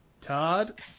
Todd